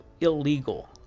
illegal